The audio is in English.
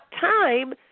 time